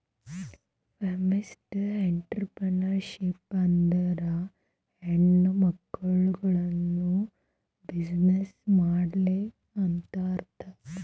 feminist entrepreneurship ಅಂದುರ್ ಹೆಣ್ಮಕುಳ್ನೂ business ಮಾಡ್ಲಿ ಅಂತ್ ಅರ್ಥಾ